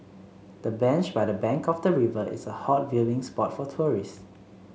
the bench by the bank of the river is a hot viewing spot for tourists